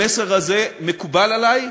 המסר הזה מקובל עלי.